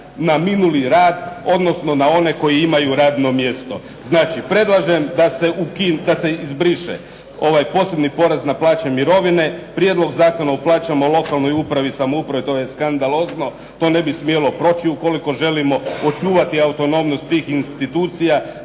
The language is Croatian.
na minuli rad, odnosno na one koji imaju radno mjesto. Znači, predlažem da se izbriše ovaj posebni porez na plaće, mirovine, Prijedlog zakona o plaćama u lokalnoj upravi i samoupravi, to je skandalozno, to ne bi smjelo proći ukoliko želimo očuvati autonomnost tih institucija.